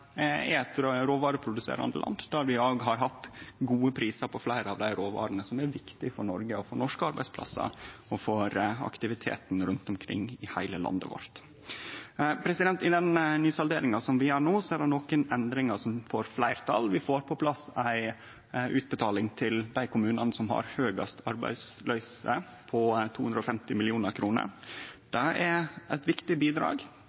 hatt gode prisar på fleire av dei råvarene som er viktige for Noreg, for norske arbeidsplassar og for aktiviteten rundt omkring i heile landet vårt. I den nysalderinga som vi gjer no, er det nokre endringar som får fleirtal. Vi får på plass ei utbetaling til dei kommunane som har høgst arbeidsløyse, på 250 mill. kr. Det er eit viktig bidrag,